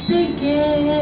Begin